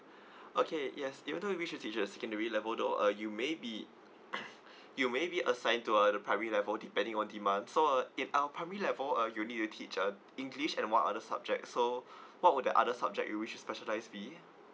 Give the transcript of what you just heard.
okay yes even though we should teach at secondary level though uh you maybe you maybe assign to uh primary level depending on demand so uh in our primary level you need to teach uh english and one other subject so what would the other subject you wish to specialise be